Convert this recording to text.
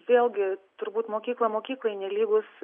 vėlgi turbūt mokykla mokyklai nelygus